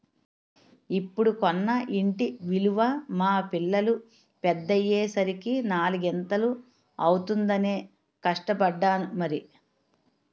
ఇప్పుడు కొన్న ఇంటి విలువ మా పిల్లలు పెద్దయ్యే సరికి నాలిగింతలు అవుతుందనే కష్టపడ్డాను మరి